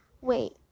wait